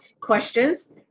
questions